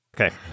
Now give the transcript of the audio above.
Okay